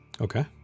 Okay